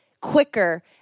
quicker